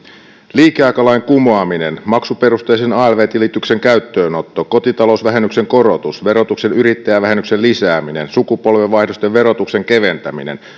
liikeaikalain kumoaminen maksuperusteisen alv tilityksen käyttöönotto kotitalousvähennyksen korotus verotuksen yrittäjävähennyksen lisääminen sukupolvenvaihdosten verotuksen keventäminen